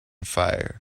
fire